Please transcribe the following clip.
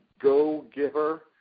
Go-Giver